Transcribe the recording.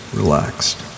relaxed